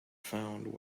found